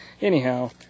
Anyhow